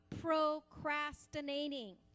procrastinating